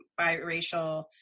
biracial